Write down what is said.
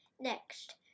next